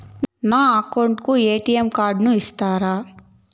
నా అకౌంట్ కు ఎ.టి.ఎం కార్డును ఇస్తారా